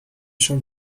شام